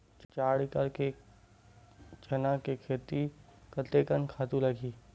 चार एकड़ चना के खेती कतेकन खातु लगही?